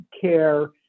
care